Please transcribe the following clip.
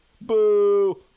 boo